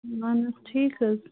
وَن حظ ٹھیٖک حظ